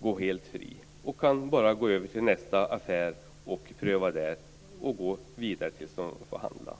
går helt fri och kan gå till nästa affär för att pröva där. Man går vidare tills man får handla.